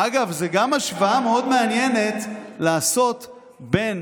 אגב, זו גם השוואה מאוד מעניינת לעשות בין